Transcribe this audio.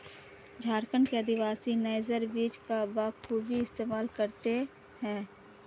झारखंड के आदिवासी नाइजर बीज का बखूबी इस्तेमाल करते हैं